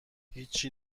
هیچچی